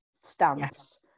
stance